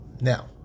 Now